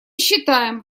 считаем